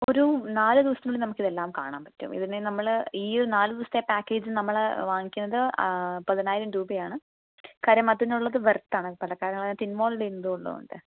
ഒരു നാലു ദിവസത്തിനുള്ളിൽ നമുക്ക് ഇതെല്ലാം കാണാൻ പറ്റും ഇതിന് നമ്മള് ഈ ഒരു നാലു ദിവസത്തെ പാക്കേജ് നമ്മള് വാങ്ങിക്കുന്നത് പതിനായിരം രൂപയാണ് കാര്യം അതിനുള്ളത് വർത്ത് ആണ് പല കാര്യങ്ങൾ ഇൻവോൾവ് ചെയുന്നുള്ളത്കൊണ്ട്